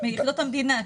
מיחידות המדינה,